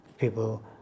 people